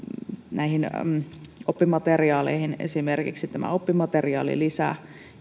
oppimateriaaleihin esimerkiksi tämä oppimateriaalilisä